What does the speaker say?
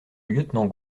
lieutenant